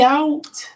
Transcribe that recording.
out